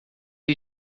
you